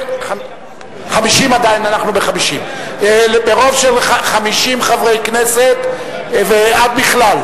50. 50. ברוב של 50 חברי כנסת ובכלל,